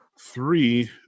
three